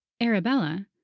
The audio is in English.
Arabella